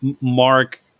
Mark